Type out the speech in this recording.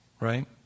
Right